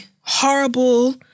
horrible